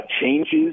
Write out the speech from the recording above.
changes